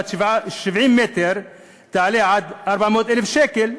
שדירה בת 70 מ"ר תעלה עד 400,000 שקל,